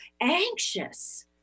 anxious